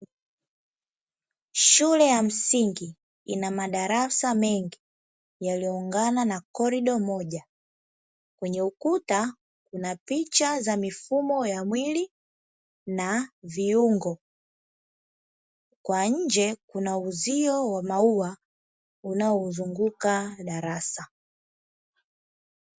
Shule ya msingi Ina madarasa mengi yaliyoungana na korido moja. Kwenye ukuta kuna picha za mifumo ya mwili na viungo. Kwa nje kuna uzio wa maua unaozunguka darasa.